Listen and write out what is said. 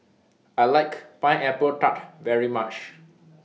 I like Pineapple Tart very much